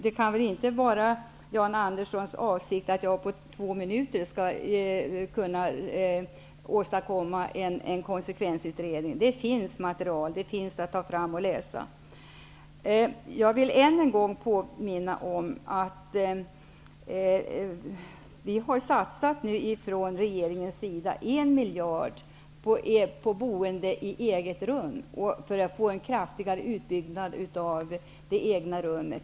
Det kan väl inte vara Jan Anderssons avsikt att jag på två minuter skall kunna åstadkomma en konsekvensutredning. Det finns material att ta fram och läsa. Jag vill än en gång påminna om att vi nu från regeringens sida har satsat 1 miljard på boende i eget rum och för att få en kraftigare utbyggnad av boende i eget rum.